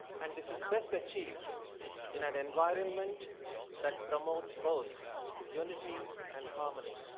and this is best achieved in an environment that promotes both unity and harmony.